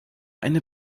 eine